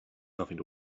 nothing